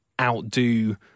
outdo